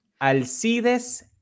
Alcides